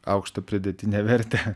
aukštą pridėtinę vertę